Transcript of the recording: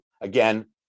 Again